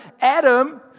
Adam